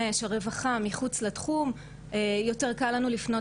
כשאנחנו מדברים על יועצות בחברה היהודית,